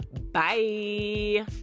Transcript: Bye